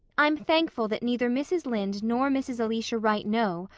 i'm thankful that neither mrs. lynde nor mrs. elisha wright know,